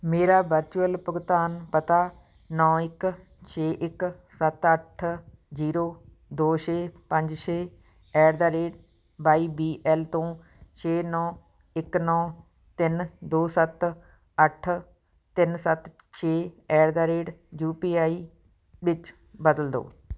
ਮੇਰਾ ਵਰਚੁਅਲ ਭੁਗਤਾਨ ਪਤਾ ਨੌ ਇੱਕ ਛੇ ਇੱਕ ਸੱਤ ਅੱਠ ਜੀਰੋ ਦੋ ਛੇ ਪੰਜ ਛੇ at the rate Y B L ਤੋਂ ਛੇ ਨੌ ਇੱਕ ਨੌ ਤਿੰਨ ਦੋ ਸੱਤ ਅੱਠ ਤਿੰਨ ਸੱਤ ਛੇ at the rate U P I ਵਿੱਚ ਬਦਲ ਦਿਓ